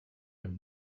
him